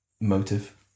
motive